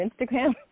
Instagram